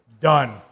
Done